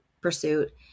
pursuit